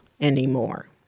anymore